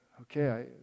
Okay